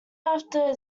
after